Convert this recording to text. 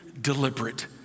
deliberate